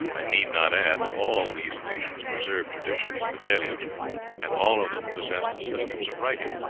i need not add that all these nations preserved traditions of the deluge and all of them possessed systems of writing.